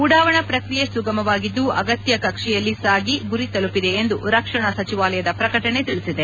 ಉಡಾವಣಾ ಪ್ರಕ್ರಿಯೆ ಸುಗಮವಾಗಿದ್ದು ಅಗತ್ಯ ಕಕ್ಷೆಯಲ್ಲಿ ಸಾಗಿ ಗುರಿ ತಲುಪಿದೆ ಎಂದು ರಕ್ಷಣಾ ಸಚಿವಾಲಯದ ಪ್ರಕಟಣೆ ತಿಳಿಸಿದೆ